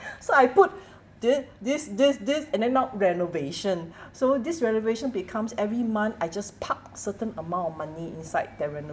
so I put thi~ this this this and then not renovation so this renovation becomes every month I just park certain amount of money inside the renovation